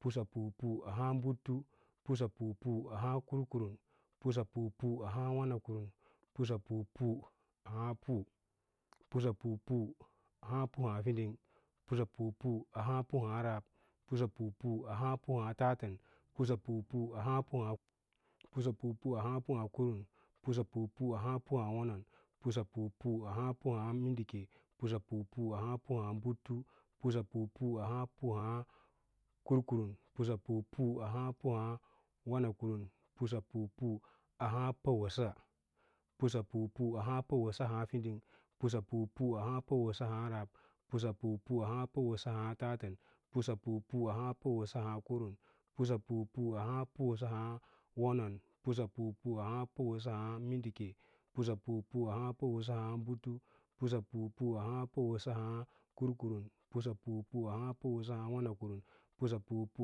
Pusapu pu pu ahǎǎ butu, pusapu pu ahǎǎ kurkurum, pusapu ahǎǎ wanakurun pusapu pu ahǎǎ pu, pusapu pu pu, pusa pu pu pu ahǎǎ fiding, pusapu pu pu ahǎǎ rab, pusapu pu pu ahǎǎ tatən pusapu pu pu ahǎǎ kurun, pusapu pu pu ahǎǎ wonon, pusapu pu pu ahǎǎ mindike, pusapu pu pu ahǎǎ butu, pusapu pu pu ahǎǎ wama kurum, pusapu pu pu ahǎǎ wana kurum, pusapu pu puwəsa, pusapu pu puwəsa ahǎǎ fiding pusapu pu puwəsa ahǎǎ rab, pusapu pu puwəsa ahǎǎ tatən, pusapu pu puwəsa ahǎǎ kurum, pusapu pu puwəsa ahǎǎ wonon, pusapu pu puwəsa ahǎǎ mindike, pusapu pu puwəsa ahǎǎ butu pusapu pu puwəsa ahǎǎ kurkurum pusapu pu puwəsa ahǎǎ wamakurum pusapu pu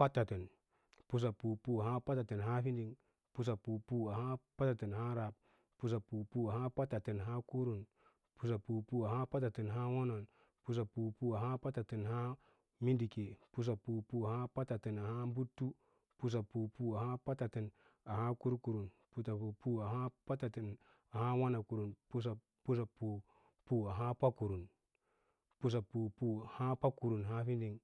putatən, pusapu pu patatən ahǎǎ fiding, pusapu pu patatən ahǎǎ fiding, pusapu pu patatən ahǎǎ rab, pusapu pu patatən ahǎǎ tatən pusapu pu patatən ahǎǎ kurum, pusapu pu patatən ahǎǎ wonon, pusapu pu patatən ahǎǎ mindike, pusapu pu patatən ahǎǎ butu, pusapu pu patatən ahǎǎ kurkurun, pusapu pu patatən ahǎǎ wanakurum, pusapu pu pakurum, pusapu pu pakurum ahǎǎ fiding.